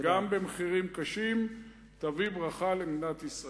גם במחירים קשים, תביא ברכה למדינת ישראל.